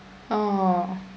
oh